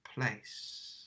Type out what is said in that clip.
place